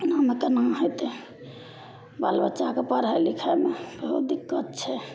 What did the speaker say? एनामे कोना हेतै बालबच्चाकेँ पढ़ै लिखैमे बहुत दिक्कत छै